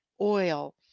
oil